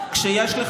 כשיש לך,